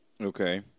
Okay